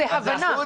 זה הבנה.